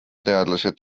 teadlased